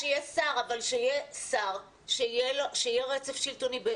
שיהיה שר, אבל שיהיה שר שיהיה רצף שלטוני.